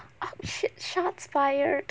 shit shots fired